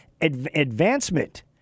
advancement